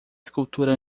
escultura